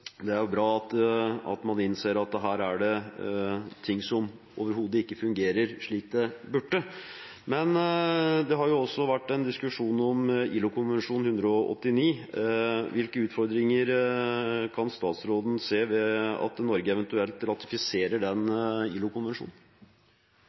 Det er bra at man innser at det her er ting som overhodet ikke fungerer slik det burde. Men det har også vært en diskusjon om ILO-konvensjon nr. 189. Hvilke utfordringer kan statsråden se ved at Norge eventuelt ratifiserer den